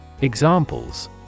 Examples